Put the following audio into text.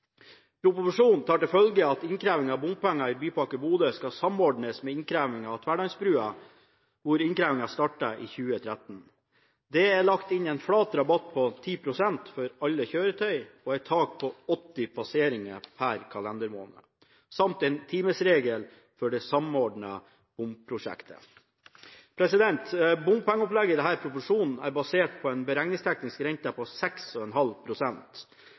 Proposisjonen tar til følge at innkreving av bompenger i Bypakke Bodø skal samordnes med innkrevingen av Tverlandsbrua, hvor innkrevingen startet i 2013. Det er lagt inn en flat rabatt på 10 pst. for alle kjøretøy og et tak på 80 passeringer per kalendermåned, samt en timesregel for det samordnede bompengeprosjektet. Bompengeopplegget i denne proposisjonen er basert på en beregningsteknisk rente på 6,5